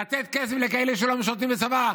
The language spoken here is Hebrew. לתת כסף לכאלה שלא משרתים בצבא,